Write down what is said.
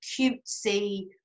cutesy